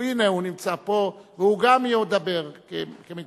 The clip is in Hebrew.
הנה, הוא נמצא פה והוא גם ידבר כמתנגד.